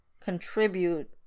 contribute